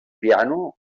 piano